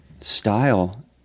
Style